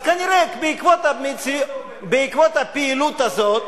אז כנראה שבעקבות הפעילות הזאת,